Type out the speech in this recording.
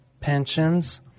pensions